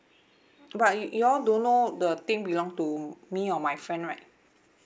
but y~ you all don't know the thing belong to me or my friend right